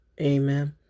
Amen